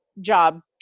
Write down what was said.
job